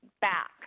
back